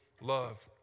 Love